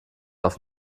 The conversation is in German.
auf